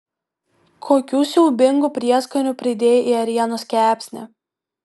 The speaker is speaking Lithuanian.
kokių siaubingų prieskonių pridėjai į ėrienos kepsnį